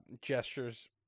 gestures